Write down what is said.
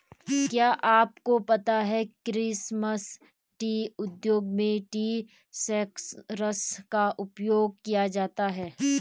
क्या आपको पता है क्रिसमस ट्री उद्योग में ट्री शेकर्स का उपयोग किया जाता है?